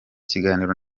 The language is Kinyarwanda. kiganiro